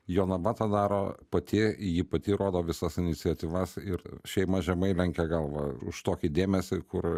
jonava tą daro pati ji pati rodo visas iniciatyvas ir šeima žemai lenkia galvą už tokį dėmesį kur